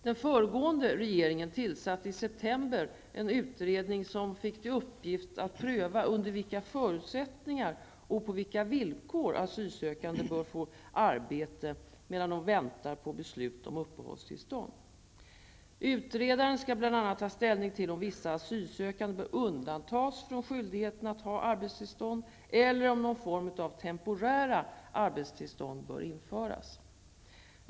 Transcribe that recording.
Den föregående regeringen tillsatte i september en utredning som fick till uppgift att pröva under vilka förutsättningar och på vilka villkor asylsökande bör få arbete medan de väntar på beslut om uppehållstillstånd. Utredaren skall bl.a. ta ställning till om vissa asylsökande bör undantas från skyldigheten att ha arbetstillstånd eller om någon form av temporära arbetstillstånd bör införas.